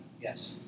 Yes